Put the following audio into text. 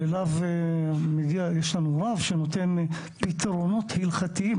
יש לנו רב שנותן פתרונות הלכתיים,